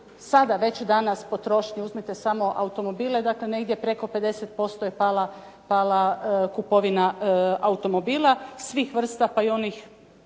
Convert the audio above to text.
sada već danas potrošnje. Uzmimo samo automobile, dakle negdje preko 50% je pala kupovina automobila, svih vrsta, pa i onih